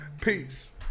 Peace